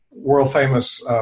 world-famous